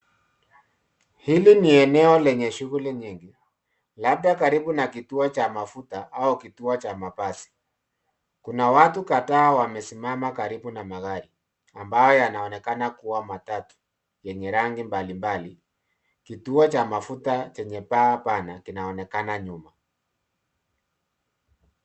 Hili ni eneo lenye shughuli nyingi, labda karibu na kituo cha mafuta au kituo cha mabasi. Kuna watu kadhaa wamesimama karibu na magari ambayo yanaonekana kuwa matatu yenye rangi mbalimbali. Kituo cha mafuta chenye paa pana kinaonekana nyuma.